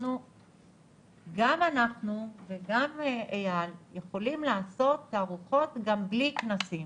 גם אנחנו וגם אייל יכולים לעשות תערוכות גם בלי כנסים,